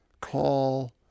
call